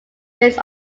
based